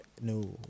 No